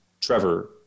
Trevor